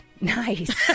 Nice